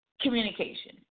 communication